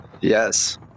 Yes